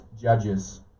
judges